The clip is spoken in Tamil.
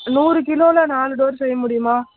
நூறு கிலோவில் நாலு டோர் செய்ய முடியுமா